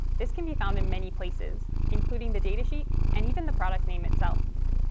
this can be found in many places, including the datasheet and even the product name itself.